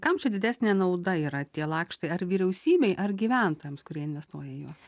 kam čia didesnė nauda yra tie lakštai ar vyriausybei ar gyventojams kurie investuoja į juos